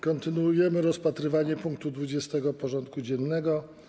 Kontynuujemy rozpatrywanie punktu 20. porządku dziennego.